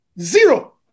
Zero